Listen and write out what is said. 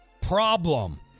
Problem